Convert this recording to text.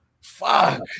Fuck